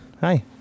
Hi